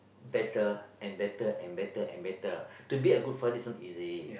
better and better and better and better to be a good father is not easy